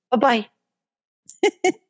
Bye-bye